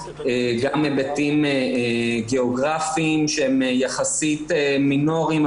גם מהיבטים גיאוגרפיים שהם יחסית מינוריים,